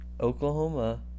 Oklahoma